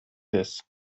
des